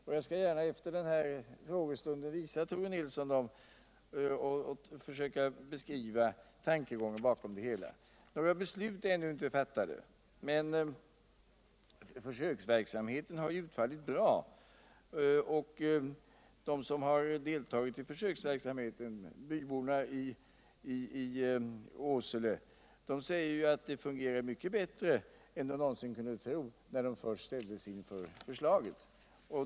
och jag skall gärna efter frågestunden visa dem för Tore Nilsson och försöka beskriva tankegången bakom hela systemet. Några beslut är ännu inte fattade. men försöksverksamheten har utfallit bra. De som har deltagit i försöksverksamheten. bybörna i Åselet, säger att det fungerar mycket bättre än de någonsin kunde tro när de först ställdes inför förslaget.